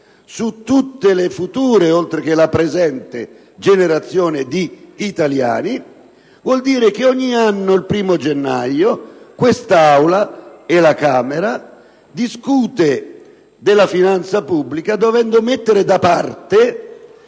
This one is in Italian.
su tutte le future, oltre che la presente, generazione di italiani; il che vuol dire che ogni anno, il 1° gennaio, quest'Aula e la Camera discutono della finanza pubblica dovendo mettere da parte